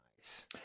Nice